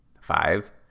Five